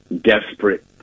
desperate